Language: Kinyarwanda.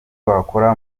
wakora